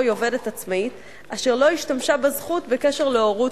היא עובדת עצמאית אשר לא השתמשה בזכות בקשר להורות,